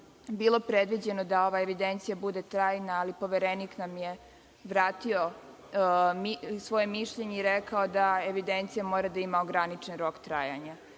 bilo predviđeno da ova evidencija bude trajna, ali Poverenik nam je vratio svoje mišljenje i rekao da evidencija mora da ima ograničen rok trajanja